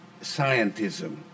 scientism